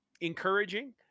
encouraging